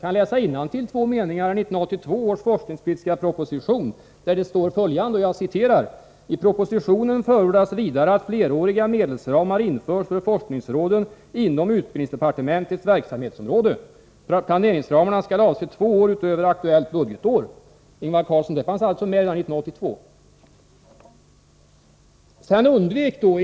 Låt mig läsa innantill två meningar ur 1982 års forskningspolitiska proposition: ”I propositionen förordas vidare att fleråriga medelsramar införs för forskningsråden inom utbildningsdepartementets verksamhetsområde. Planeringsramarna skall avse två år utöver aktuellt budgetår. ” Detta fanns alltså med redan 1982, Ingvar Carlsson.